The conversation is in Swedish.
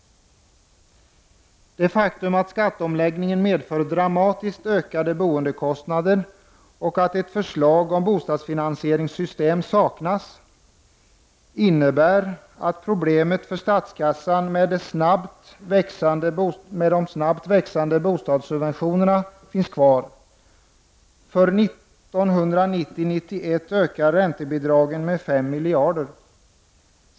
Det faktum att skatteomläggningen medför dramatiskt ökade boendekostnader och att ett förslag om bostadsfinansieringssystem saknas innebär att problemet för stats n med de snabbt växande bostadssubventionerna finns kvar. För 1990/91 ökar räntebidragen med 5 miljarder.